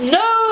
no